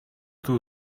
too